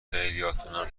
خیلیاتونم